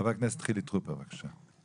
חבר הכנסת חילי טרופר, בבקשה.